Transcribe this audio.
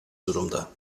durumda